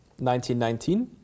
1919